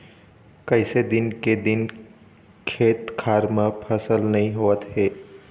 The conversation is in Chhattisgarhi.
कइसे दिन के दिन खेत खार म फसल नइ होवत हे